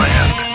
Land